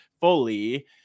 fully